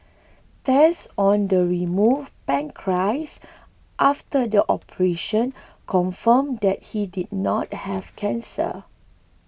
tests on the removed pancreas after the operation confirmed that he did not have cancer